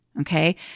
Okay